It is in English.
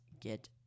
get